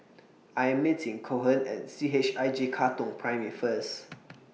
I Am meeting Cohen At C H I J Katong Primary First